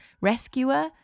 rescuer